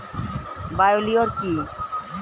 Bio লিওর কি?